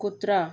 कुत्रा